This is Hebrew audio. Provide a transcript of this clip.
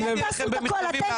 אתם תהיו החוקר,